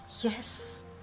Yes